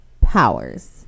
Powers